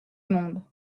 monde